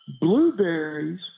blueberries